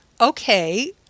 okay